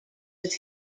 was